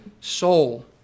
soul